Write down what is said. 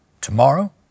tomorrow